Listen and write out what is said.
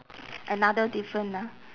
another different ah